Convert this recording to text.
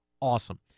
awesome